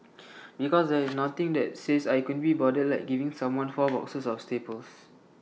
because there is nothing that says I couldn't be bothered like giving someone four boxes of staples